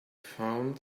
found